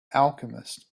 alchemist